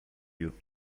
you